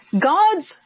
God's